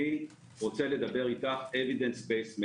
אני רוצה לדבר איתך, evidence based.